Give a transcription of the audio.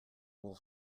will